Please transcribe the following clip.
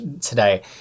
today